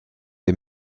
des